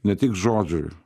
ne tik žodžiui